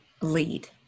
lead